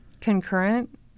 Concurrent